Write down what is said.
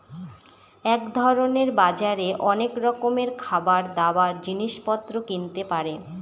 এক ধরনের বাজারে অনেক রকমের খাবার, দাবার, জিনিস পত্র কিনতে পারে